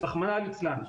רחמנא ליצלן.